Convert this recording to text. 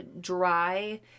dry